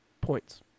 points